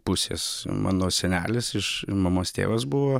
pusės mano senelis iš mamos tėvas buvo